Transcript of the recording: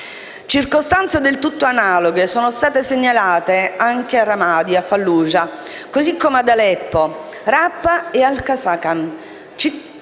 Circostanze del tutto analoghe sono state segnalate anche Ramadi, a Falluja, così come ad Aleppo, Raqqa e al-Hasakhan.